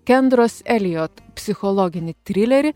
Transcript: kendros elijot psichologinį trilerį